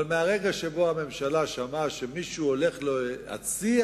אבל מהרגע שבו הממשלה שמעה שמישהו הולך להציע